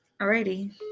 Alrighty